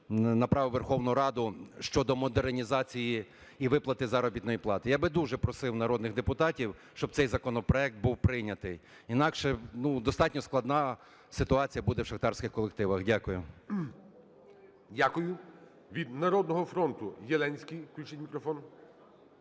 направив у Верховну Раду: щодо модернізації і виплати заробітної плати. Я би дуже просив народних депутатів, щоб цей законопроект був прийнятий, інакше достатньо складна ситуація буде в шахтарських колективах. Дякую. ГОЛОВУЮЧИЙ. Дякую. Від "Народного фронту" Єленський. Включіть мікрофон.